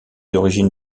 origines